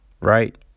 right